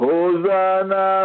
Hosanna